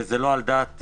וזה לא על דעתו,